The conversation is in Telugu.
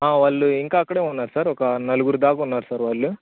వాళ్ళు ఇంకా అక్కడే ఉన్నారు సార్ ఒక నలుగురు దాకా ఉన్నారు సార్ వాళ్ళు